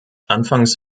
anfangs